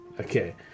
Okay